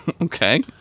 Okay